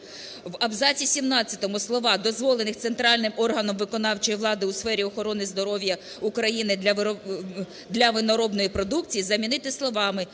В абзаці 17 слова "дозволених центральним органом виконавчої влади у сфері охорони здоров'я України для виноробної продукції" замінити словами